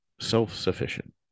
self-sufficient